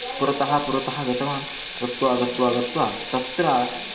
पुरतः पुरतः गतवान् गत्वा गत्वा गत्वा तत्र